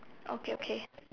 okay okay